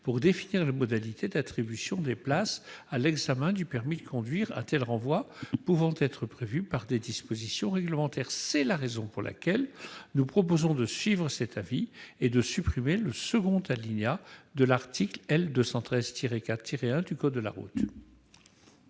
pour définir les modalités d'attribution des places à l'examen du permis de conduire, un tel renvoi pouvant être prévu par les dispositions réglementaires. C'est la raison pour laquelle nous proposons de supprimer le second alinéa de l'article L. 213-4-1 du code de la route.